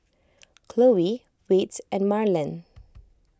Khloe Whit and Marland